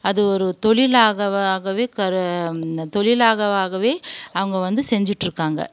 அது ஒரு தொழிலாக ஆகவே கரு தொழிலாக ஆகவே அவங்க வந்து செஞ்சுட்ருக்காங்க